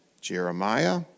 Jeremiah